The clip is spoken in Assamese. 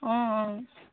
অঁ অঁ